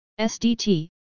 SDT